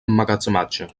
emmagatzematge